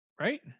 Right